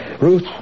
Ruth